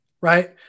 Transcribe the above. Right